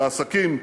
בעסקים,